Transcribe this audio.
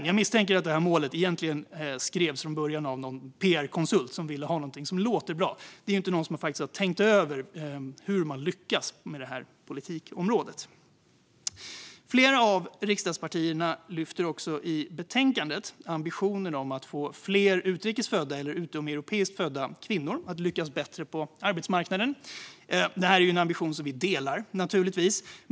Jag misstänker att det här målet egentligen skrevs från början av någon pr-konsult som ville ha någonting som låter bra. Det är inte någon som har tänkt över hur man lyckas med det politikområdet. Flera av riksdagspartierna lyfter också i betänkandet fram ambitionen att få fler utrikes födda eller utomeuropeiskt födda kvinnor att lyckas bättre på arbetsmarknaden. Det är en ambition som vi naturligtvis delar.